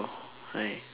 hi